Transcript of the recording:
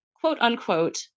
quote-unquote